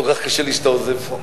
כל כך קשה לי שאתה עוזב פה,